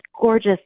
gorgeous